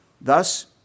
thus